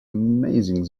amazing